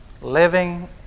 living